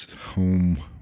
home